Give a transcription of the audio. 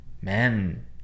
men